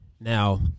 Now